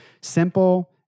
simple